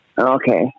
Okay